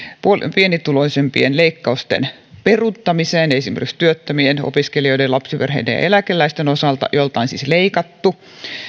pienituloisimpien leikkausten peruuttamiseksi esimerkiksi työttömien opiskelijoiden lapsiperheiden ja eläkeläisten osalta joilta on siis leikattu